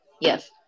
yes